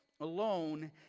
alone